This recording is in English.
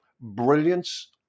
brilliance